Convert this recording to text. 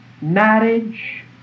marriage